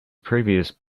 previous